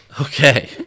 Okay